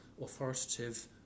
authoritative